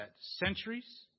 centuries